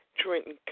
Trenton